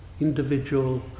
individual